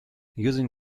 using